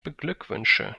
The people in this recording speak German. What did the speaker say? beglückwünsche